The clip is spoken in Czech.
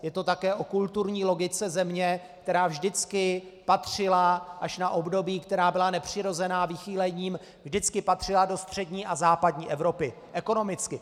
Je to také o kulturní logice země, která vždycky patřila až na období, která byla nepřirozená vychýlením vždycky patřila do střední a západní Evropy, ekonomicky.